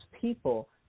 people